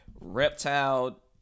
reptile